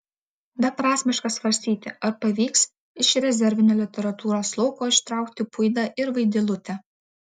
beprasmiška svarstyti ar pavyks iš rezervinio literatūros lauko ištraukti puidą ir vaidilutę